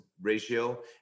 ratio